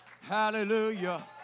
Hallelujah